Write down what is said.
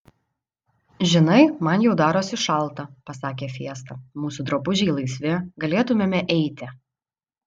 žinai man jau darosi šalta pasakė fiesta mūsų drabužiai laisvi galėtumėme eiti